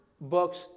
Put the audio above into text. books